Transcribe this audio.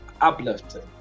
uplifted